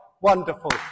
Wonderful